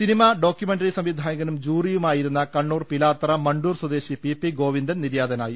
cinema documentary സംവിധായകനും ജൂറിയുമായിരുന്ന കണ്ണൂർ പിലാത്തറ മണ്ടൂർ സ്വദേശി പി പി ഗോവിന്ദൻ നിര്യാതനായി